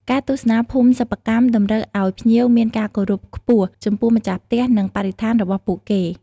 ការទស្សនាភូមិសិប្បកម្មតម្រូវឱ្យភ្ញៀវមាន ការគោរព ខ្ពស់ចំពោះម្ចាស់ផ្ទះ និងបរិស្ថានរបស់ពួកគេ។